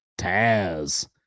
Taz